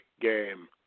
game